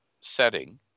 setting